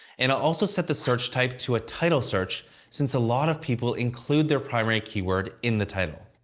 and i'll also set the search type to a title search since a lot of people include their primary keyword in the title.